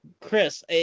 Chris